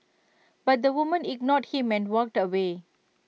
but the woman ignored him and walked away